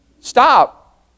Stop